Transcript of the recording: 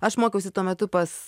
aš mokiausi tuo metu pas